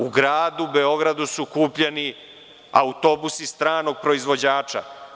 U gradu Beogradu su kupljeni autobusi stranog proizvođača.